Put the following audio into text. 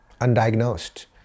undiagnosed